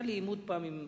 היה לי עימות פעם עם